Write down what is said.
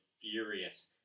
furious